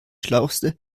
schlauste